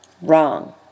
wrong